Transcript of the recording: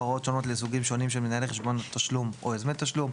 הוראות שונות לסוגים שונים של מנהלי חשבון תשלום או יוזמי תשלום.